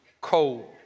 cold